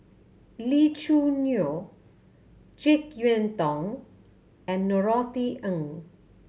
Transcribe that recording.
Lee Choo Neo Jek Yeun Thong and Norothy Ng